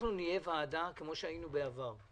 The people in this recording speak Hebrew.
שאנחנו נהיה ועדה כמו שהיינו בעבר,